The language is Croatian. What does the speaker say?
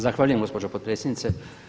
Zahvaljujem gospođo potpredsjednice.